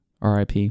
RIP